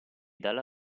dalla